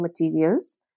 materials